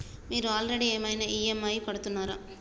మీరు ఆల్రెడీ ఏమైనా ఈ.ఎమ్.ఐ కడుతున్నారా?